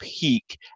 peak